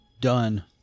Done